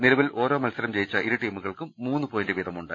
നിലവിൽ ഓരോ മത്സരം ജയിച്ച ഇരുടീമുകൾക്കും മൂന്ന് പോയിന്റ് വീതമുണ്ട്